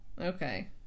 okay